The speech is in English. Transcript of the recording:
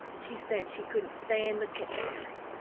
she said she couldn't stand the court fairies.